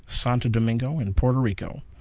santo domingo and porto rico.